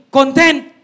content